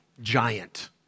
giant